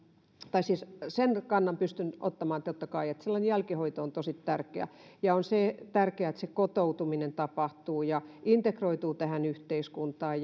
tai siis sen kannan pystyn ottamaan totta kai että silloin jälkihoito on tosi tärkeää ja se on tärkeää että se kotoutuminen tapahtuu ja integroituu tähän yhteiskuntaan